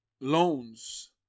loans